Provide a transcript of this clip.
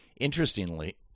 Interestingly